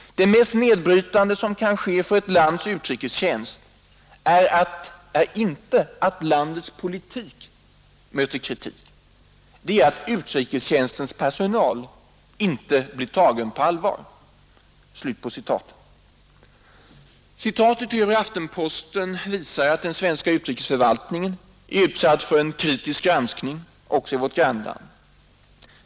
Det mest nedbrytande som kan ske för ett lands utrikestjänst är inte att landets politik möter kritik. Det är att utrikestjänstens personal icke blir tagen på allvar! Citatet ur Aftenposten visar att den svenska utrikesförvaltningen är maters utåtriktade utrikespolitiska aktivitet utsatt för en kritisk granskning också i vårt grannland.